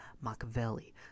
Machiavelli